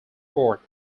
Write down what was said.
forth